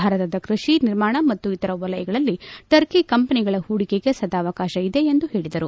ಭಾರತದ ಕೃಷಿ ನಿರ್ಮಾಣ ಮತ್ತು ಇತರ ವಲಯಗಳಲ್ಲಿ ಟರ್ಕಿ ಕಂಪನಿಗಳ ಹೂಡಿಕೆಗೆ ಸದಾವಕಾಶವಿದೆ ಎಂದು ಹೇಳಿದರು